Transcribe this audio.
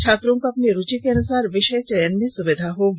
छात्रों को अपनी रूचि के अनुसार विषय चयन में सुविधा होगी